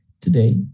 Today